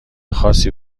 خاصی